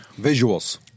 Visuals